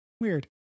Weird